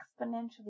exponentially